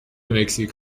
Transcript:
مکزیک